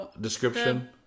description